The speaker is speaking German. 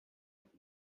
mit